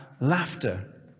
laughter